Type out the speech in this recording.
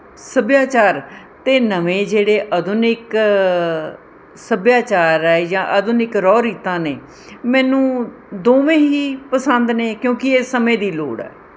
ਸੱਭਿਆਚਾਰ ਅਤੇ ਨਵੇਂ ਜਿਹੜੇ ਆਧੁਨਿਕ ਸੱਭਿਆਚਾਰ ਹੈ ਯਾ ਆਧੁਨਿਕ ਰੋਹ ਰੀਤਾਂ ਨੇ ਮੈਨੂੰ ਦੋਵੇਂ ਹੀ ਪਸੰਦ ਨੇ ਕਿਉਂਕਿ ਇਹ ਸਮੇਂ ਦੀ ਲੋੜ ਹੈ